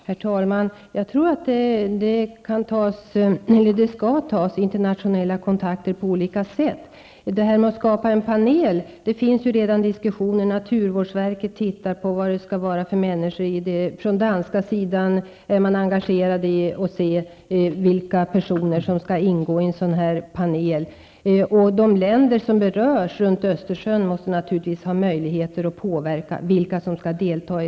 Herr talman! Jag tror att det skall tas internationella kontakter på olika sätt. Beträffande skapandet av en panel vill jag säga att det redan förs diskussioner. Naturvårdsverket ser på vilka personer som skall ingå, och på danskt håll är man också engagerad och ser efter vilka personer som bör vara med. De länder vid Östersjön som berörs måste naturligtvis ha möjligheter att påverka vilka som skall delta.